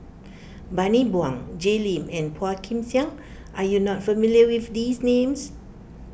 Bani Buang Jay Lim and Phua Kin Siang are you not familiar with these names